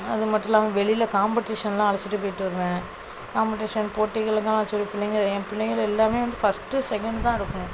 அது மட்டும் இல்லாமல் வெளியில காம்படிஷன் எல்லாம் அழச்சிட்டு போயிவிட்டு வருவேன் காம்படிஷன் போட்டிகளுக்குலாம் ஆக்சுவலி பிள்ளைங்கள் ஏன் பிள்ளைங்கள் எல்லாமே வந்து ஃபர்ஸ்ட்டு செகண்ட் தான் எடுப்பாங்க